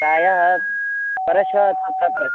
प्रायः परश्वः